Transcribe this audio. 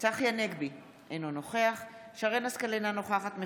צחי הנגבי, אינו נוכח שרן מרים השכל, אינה נוכחת